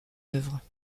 œuvre